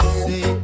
say